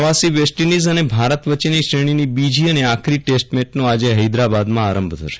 પ્રવાસી વેસ્ટઇંડિઝ અને ભારત વચ્ચેની શ્રેણીની બીજી અને આખરી ટેસ્ટમેચનો આજે હૈદરાબાદમાં આરંભ થશે